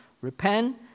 Repent